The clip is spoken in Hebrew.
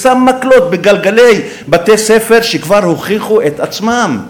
ושם מקלות בגלגלי בתי-ספר שכבר הוכיחו את עצמם?